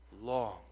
long